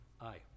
Aye